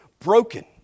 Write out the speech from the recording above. Broken